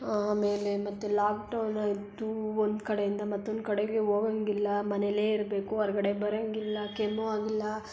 ಆಮೇಲೆ ಮತ್ತು ಲಾಕ್ಡೌನ್ ಆಯಿತು ಒಂದು ಕಡೆಯಿಂದ ಮತ್ತೊಂದು ಕಡೆಗೆ ಹೋಗಂಗಿಲ್ಲ ಮನೆಲ್ಲೇ ಇರಬೇಕು ಹೊರ್ಗಡೆ ಬರೊಂಗಿಲ್ಲ ಕೆಮ್ಮೋ ಹಾಗಿಲ್ಲ